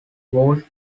would